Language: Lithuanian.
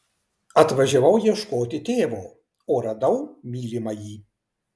atvažiavau ieškoti tėvo o radau mylimąjį